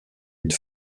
une